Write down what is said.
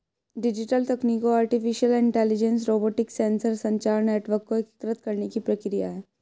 digital तकनीकों artificial intelligence, robotics, sensor, संचार network को एकीकृत करने की प्रक्रिया है